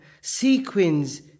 sequins